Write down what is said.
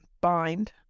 bind